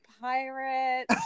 pirate